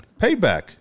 Payback